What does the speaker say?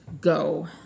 Go